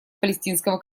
палестинского